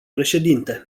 președinte